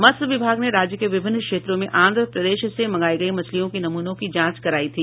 मत्स्य विभाग ने राज्य के विभिन्न क्षेत्रों में आंध्र प्रदेश से मंगायी गई मछलियों के नमूनों की जांच करायी थी